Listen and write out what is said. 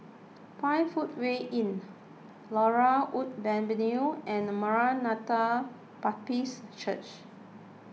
five Footway Inn Laurel Wood Avenue and Maranatha Baptist Church